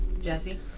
Jesse